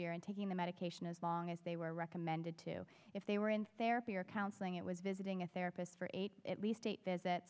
year and taking the medication as long as they were recommended to if they were in therapy or counseling it was visiting a therapist for eight at least eight days that